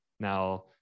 Now